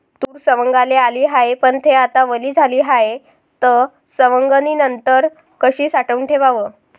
तूर सवंगाले आली हाये, पन थे आता वली झाली हाये, त सवंगनीनंतर कशी साठवून ठेवाव?